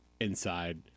inside